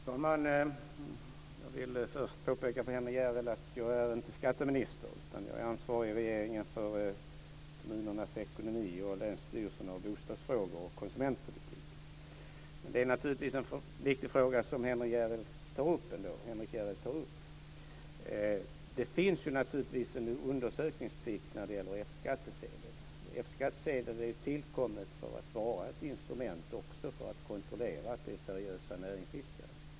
Fru talman! Jag vill först påpeka för Henrik Järrel att jag inte är skatteminister, utan jag är ansvarig i regeringen för kommunernas ekonomi, för länsstyrelserna, för bostadsfrågorna och för konsumentpolitiken. Det är naturligtvis en viktig fråga som Henrik Järrel tar upp. Det finns ju en undersökningsplikt när det gäller F-skattsedeln. F-skattsedeln är tillkommen för att vara ett instrument också för att kontrollera att det är seriösa näringsidkare.